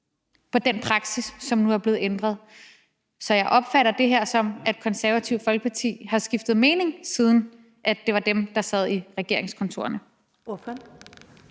for den praksis, som nu er blevet ændret. Så jeg opfatter det her på den måde, at Det Konservative Folkeparti har skiftet mening, siden det var dem, der sad i regeringskontorerne. Kl.